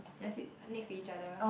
then sleep next to each other